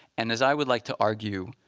and, as i would like to argue,